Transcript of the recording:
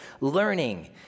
learning